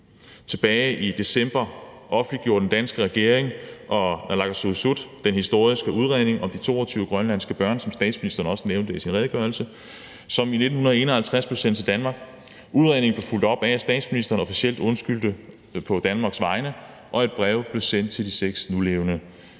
Tilbage i december offentliggjorde den danske regering og naalakkersuisut den historiske udredning om de 22 grønlandske børn, som statsministeren også nævnte i sin redegørelse, og som i 1951 blev sendt til Danmark. Udredningen blev fulgt op af, at statsministeren på Danmarks vegne officielt undskyldte, og at brevet blev sendt til de seks nulevende.